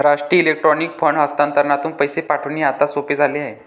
राष्ट्रीय electronic fund हस्तांतरणातून पैसे पाठविणे आता सोपे झाले आहे